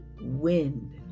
Wind